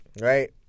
right